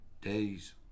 Days